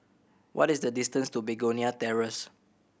what is the distance to Begonia Terrace